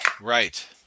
Right